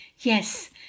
Yes